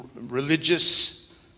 religious